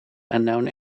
unknown